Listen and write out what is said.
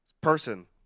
Person